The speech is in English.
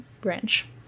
branch